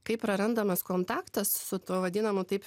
kai prarandamas kontaktas su tuo vadinamu taip